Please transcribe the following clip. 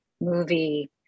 movie